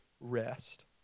rest